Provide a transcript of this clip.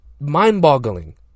Mind-boggling